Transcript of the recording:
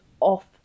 off